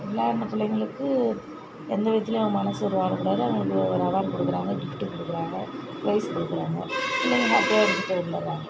விளையாண்ட பிள்ளைங்களுக்கு எந்த விதத்துலேயும் மனசு மாறக்கூடாது அவங்களுக்கு ஒரு அவார்டு கொடுக்குறாங்க கிஃப்ட் கொடுக்குறாங்க ப்ரைஸ் கொடுக்கிறாங்க பிள்ளைங்கனா